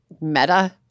meta